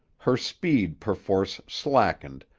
her speed perforce slackened,